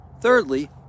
thirdly